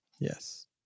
Yes